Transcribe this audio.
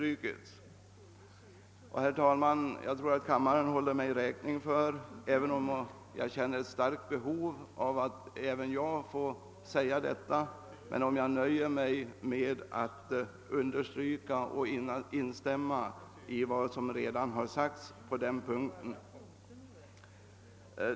Jag tror, herr talman, att kammaren håller mig räkning för att jag, även om också jag känner ett starkt behov av att få säga detta, nöjer mig med att instämma i vad som redan har yttrats på den punkten.